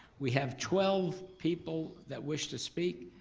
we have twelve people that wish to speak.